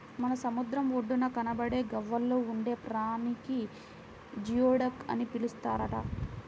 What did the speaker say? మనకు సముద్రం ఒడ్డున కనబడే గవ్వల్లో ఉండే ప్రాణిని జియోడక్ అని పిలుస్తారట